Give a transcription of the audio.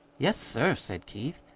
yes, sir, said keith.